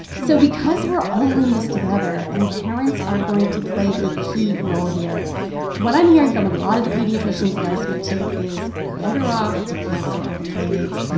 so because we're all in this together and parents are going to play a key role here what i'm hearing from a lot of the pediatricians that i speak to is better off to cancel all the play dates.